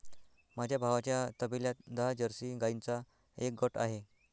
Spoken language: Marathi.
माझ्या भावाच्या तबेल्यात दहा जर्सी गाईंचा एक गट आहे